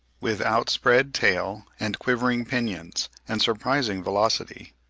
with outspread tail and quivering pinions, and surprising velocity.